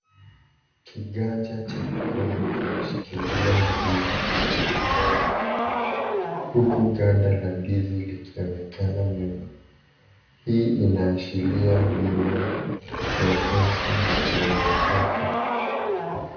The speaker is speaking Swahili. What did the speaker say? Kiganja cha mkono kimeshikilia ndizi ilio menywa huku ganda la ndizi likionekana nyuma. Hii inaashiria mulo mwepesi na mwenye afia.